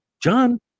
John